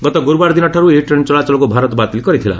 ଗତ ଗୁରୁବାର ଦିନଠାରୁ ଏହି ଟ୍ରେନ୍ ଚଳାଚଳକୁ ଭାରତ ବାତିଲ୍ କରିଥିଲା